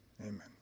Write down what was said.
amen